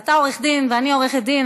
אתה עורך-דין ואני עורכת-דין,